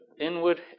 inward